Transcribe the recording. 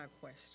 question